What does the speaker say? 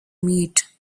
meat